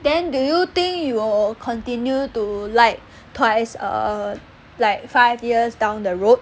then do you think you will continue to like twice or like err five years down the road